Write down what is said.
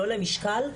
לא למשקל,